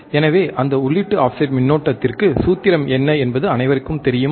எனவே அந்த உள்ளீட்டு ஆஃப்செட் மின்னோட்டத்திற்கு சூத்திரம் என்ன என்பது அனைவருக்கும் தெரியுமா